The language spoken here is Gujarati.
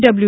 ડબલ્યુ